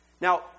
Now